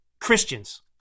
Christians